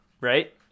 Right